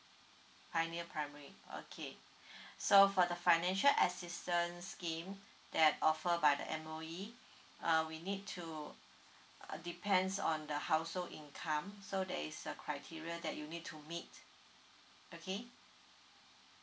pioneer primary okay so for the financial assistance scheme that offer by the M_O_E uh we need to uh depends on the household income so that is a criteria that you need to meet okay